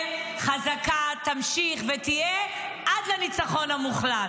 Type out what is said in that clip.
ארץ ישראל חזקה, ותמשיך ותהיה עד לניצחון המוחלט.